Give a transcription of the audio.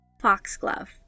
foxglove